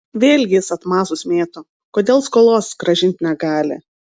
vėl jis atmazus mėto kodėl skolos grąžint negali